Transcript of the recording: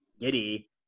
Giddy